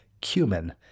cumin